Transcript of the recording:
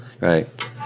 Right